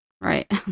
Right